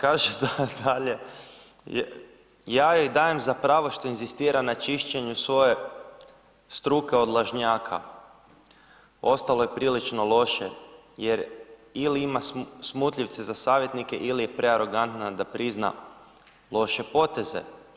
Kaže dalje, ja joj i dajem za pravo što inzistira na čišćenju svoje struke od lažnjaka, ostalo je prilično loše jer ili ima smutljivce za savjetnike ili je prearogantna da prizna loše poteze.